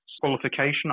qualification